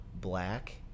black